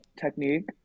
technique